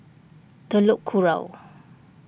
Telok Kurau